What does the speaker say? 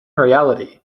reality